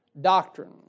doctrine